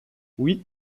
oui